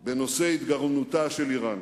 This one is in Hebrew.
בנושא התגרענותה של אירן.